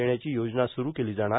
देण्याची योजना स्रूर केली जाणार